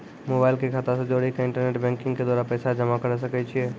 Mobile के खाता से जोड़ी के इंटरनेट बैंकिंग के द्वारा पैसा जमा करे सकय छियै?